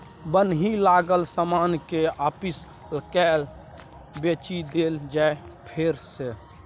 बन्हकी लागल समान केँ आपिस लए बेचि देल जाइ फेर सँ